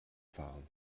fahren